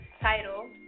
Title